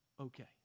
okay